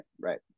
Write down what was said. right